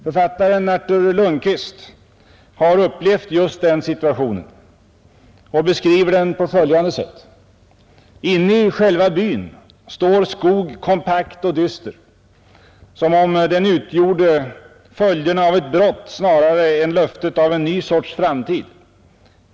Författaren Artur Lundkvist har upplevt just den situationen och beskriver den på följande sätt: ”Inne i själva byn står skog kompakt och dyster, som om den utgjorde följderna av ett brott snarare än löftet om en ny sorts framtid.